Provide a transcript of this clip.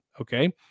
okay